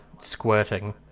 squirting